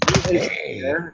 Hey